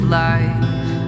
life